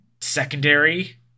secondary